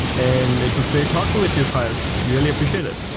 and it was great talking with you, kyle. i really appreciate it.